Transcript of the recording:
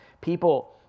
people